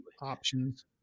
options